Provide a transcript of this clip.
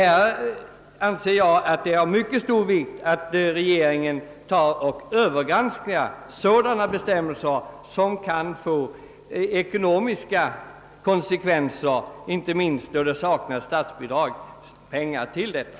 Jag anser det är av mycket stor vikt att regeringen fingranskar sådana bestämmelser som kan få ekonomiska konsekvenser, inte minst då det saknas statsbidragspengar till skyddsrum.